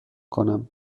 کنم